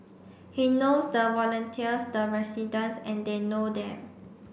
he knows the volunteers the residents and they know them